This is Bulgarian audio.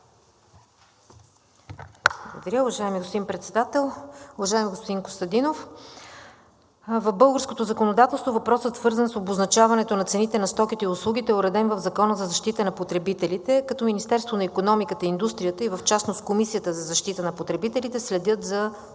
Благодаря, уважаеми господин Председател. Уважаеми господин Костадинов, в българското законодателство въпросът, свързан с обозначаването на цените на стоките и услугите, е уреден в Закона за защита на потребителите, като Министерството на икономиката и индустрията и в частност Комисията за защита на потребителите следят за точното